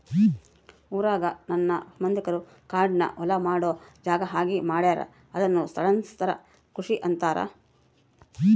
ಊರಾಗ ನನ್ನ ಸಂಬಂಧಿಕರು ಕಾಡ್ನ ಹೊಲ ಮಾಡೊ ಜಾಗ ಆಗಿ ಮಾಡ್ಯಾರ ಅದುನ್ನ ಸ್ಥಳಾಂತರ ಕೃಷಿ ಅಂತಾರ